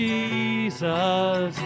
Jesus